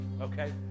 okay